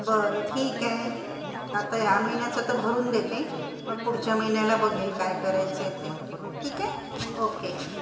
बरं ठीक आहे आता ह्या महिन्याचं तर भरून देते मग पुढच्या महिन्याला बघेल काय करायचं आहे ते ठीक आहे ओके